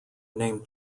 named